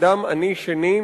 אדם עני שני,